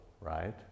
right